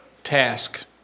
task